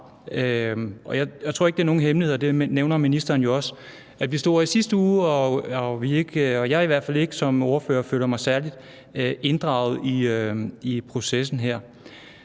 jeg tror ikke, det er nogen hemmelighed – det nævner ministeren jo også – at vi stod her i sidste uge, og jeg føler mig i hvert fald ikke særlig inddraget som ordfører i processen her.